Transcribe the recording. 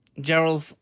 Gerald